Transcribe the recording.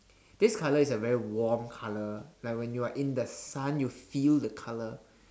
this colour is a very warm colour like when you are in the sun you feel the colour